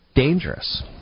Dangerous